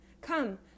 Come